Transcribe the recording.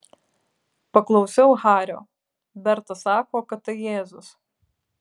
paklausiau hario berta sako kad tai jėzus